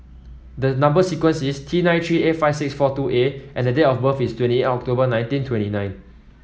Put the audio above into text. the number sequence is T nine three eight five six four two A and date of birth is twenty October nineteen twenty nine